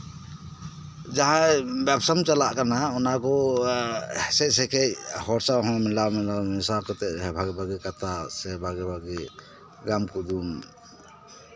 ᱡᱟᱦᱟᱸᱭ ᱵᱮᱵᱥᱟᱢ ᱪᱟᱞᱟᱜ ᱠᱟᱱᱟ ᱚᱱᱟ ᱠᱚ ᱦᱮᱸᱥᱮᱡᱼᱥᱮᱠᱮᱡ ᱦᱚᱲ ᱥᱟᱶ ᱦᱚᱸ ᱠᱷᱩᱞᱟᱼᱢᱮᱞᱟ ᱵᱷᱟᱜᱤᱼᱵᱷᱟᱜᱤ ᱠᱟᱛᱷᱟ ᱥᱮ ᱵᱷᱟᱜᱤᱼᱵᱷᱟᱜᱤ ᱠᱟᱛᱷᱟ ᱥᱮ ᱵᱷᱟᱜᱤᱼᱵᱷᱟᱜᱤ ᱜᱟᱢ ᱠᱩᱫᱩᱢ